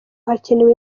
hakenewe